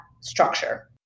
structure